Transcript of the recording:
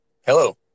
hello